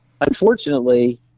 unfortunately